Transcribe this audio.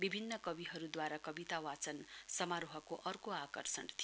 विभिन्न कविहरूदवारा कविता वाचन समारोहको अर्को आकर्षण थियो